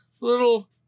little